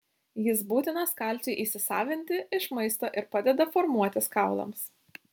jis būtinas kalciui įsisavinti iš maisto ir padeda formuotis kaulams